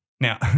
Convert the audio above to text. Now